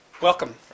Welcome